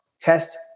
Test